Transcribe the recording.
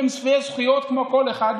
שהם שווי זכויות כמו כל אחד,